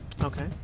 Okay